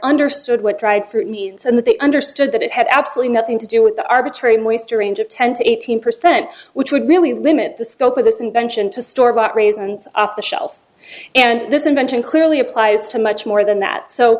understood what dried fruit means and that they understood that it had absolutely nothing to do with the arbitrary moister range of ten to eighteen percent which would really limit the scope of this invention to store bought raisins off the shelf and this invention clearly applies to much more than that so